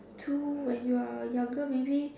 to and you are younger maybe